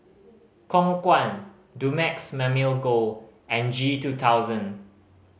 Khong Guan Dumex Mamil Gold and G two thousand